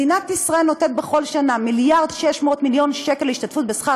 מדינת ישראל נותנת בכל שנה מיליארד ו-600 מיליון שקל השתתפות בשכר